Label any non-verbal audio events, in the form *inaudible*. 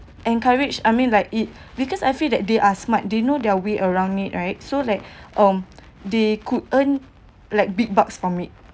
encourage I mean like it because I feel that they are smart they know their way around it right so like *breath* um they could earn like big bucks from it